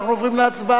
אנחנו עוברים להצבעה,